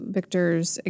Victor's